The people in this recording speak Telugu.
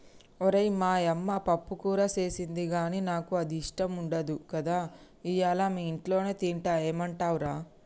ఓరై మా యమ్మ పప్పుకూర సేసింది గానీ నాకు అది ఇష్టం ఉండదు కదా ఇయ్యల మీ ఇంట్లోనే తింటా ఏమంటవ్ రా